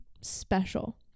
special